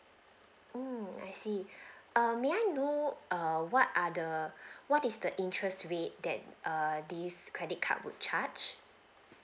mm I see um may I know err what are the what is the interest rate that err this credit card would charge